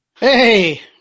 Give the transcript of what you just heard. hey